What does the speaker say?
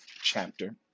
chapter